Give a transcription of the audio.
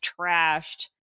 trashed